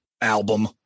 album